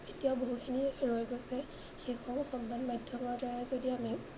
এতিয়াও বহুখিনি ৰৈ গৈছে সেইসমূহ সমবাদ মাধ্যমৰদ্বাৰাই যদি আমি